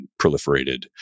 proliferated